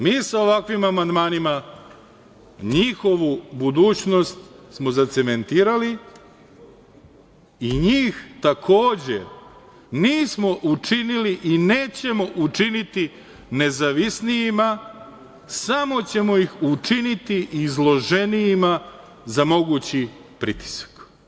Mi sa ovakvim amandmanima njihovu budućnost smo zacementirali i njih takođe nismo učinili i nećemo učiniti nezavisnijima, samo ćemo ih učiniti izloženijima za mogući pritisak.